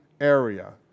area